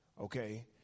okay